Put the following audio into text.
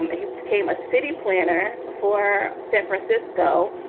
um he became a city planner for san francisco.